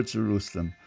Jerusalem